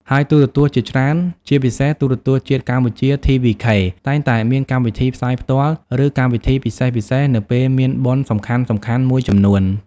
ហើយទូរទស្សន៍ជាច្រើន ជាពិសេស ទូរទស្សន៍ជាតិកម្ពុជា TVK តែងតែមានកម្មវិធីផ្សាយផ្ទាល់ ឬកម្មវិធីពិសេសៗនៅពេលមានបុណ្យសំខាន់ៗមួយចំនួន។